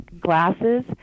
glasses